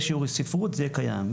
בשיעור ספרות זה יהיה קיים,